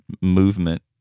movement